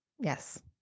Yes